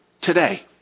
today